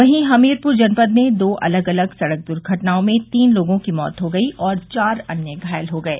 वहीं हमीरपुर जनपद में दो अलग अलग सड़क दुर्घटना में तीन लोगों की मौत हो गई और चार अन्य घायल हो गये